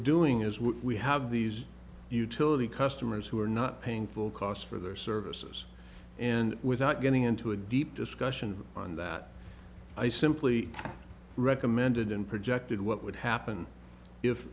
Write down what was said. doing is we have these utility customers who are not paying full cost for their services and without getting into a deep discussion on that i simply recommended and projected what would happen if